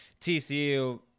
TCU